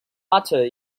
butter